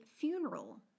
funeral